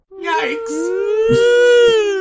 Yikes